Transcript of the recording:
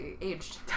aged